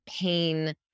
pain